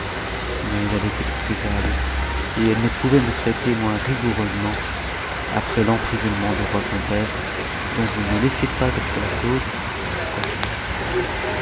mais elle est excusable et elle ue pouvait me traiter moins rigoureusement après l'emprisonnement du roi son père dont je ne laissais pas d'être la cause quoique innocent